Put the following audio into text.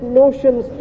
notions